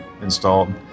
installed